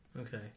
Okay